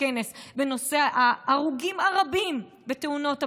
כנס בנושא ההרוגים הרבים בתאונות הבניין,